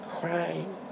crying